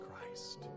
Christ